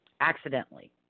Accidentally